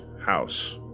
house